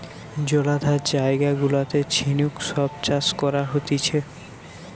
জলাধার জায়গা গুলাতে ঝিনুক সব চাষ করা হতিছে